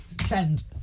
Send